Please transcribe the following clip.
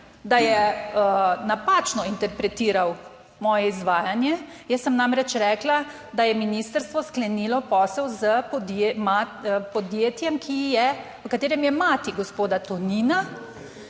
da je napačno interpretiral moje izvajanje, jaz sem namreč rekla, da je ministrstvo sklenilo posel s podjetjem, ki je, v katerem je mati gospoda Tonina